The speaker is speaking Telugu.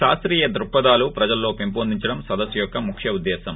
శాస్తీయ దృక్కదాలు ప్రజల్లో పెంపొందించడం సదస్ను యొక్క ముఖ్య ఉద్దేశం